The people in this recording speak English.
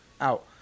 out